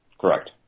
Correct